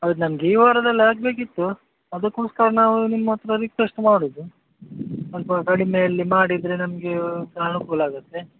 ಅದು ನಮ್ಗೆ ಈ ವಾರದಲ್ಲಿ ಆಗ್ಬೇಕಿತ್ತು ಅದುಕೋಸ್ಕರ ನಾವು ನಿಮ್ಮ ಹತ್ರ ರಿಕ್ವೆಸ್ಟ್ ಮಾಡುವುದು ಸ್ವಲ್ಪ ಕಡಿಮೆಯಲ್ಲಿ ಮಾಡಿದರೆ ನಮಗೆ ಸಹ ಅನುಕೂಲ ಆಗುತ್ತೆ